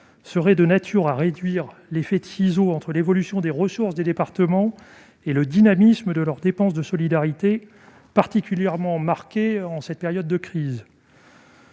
serait de nature à réduire l'effet de ciseau entre l'évolution des ressources des départements et le dynamisme de leurs dépenses de solidarité, particulièrement marqué en cette période de crise.